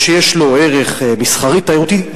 שיש לו ערך מסחרי תיירותי,